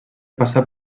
passar